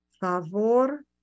Favor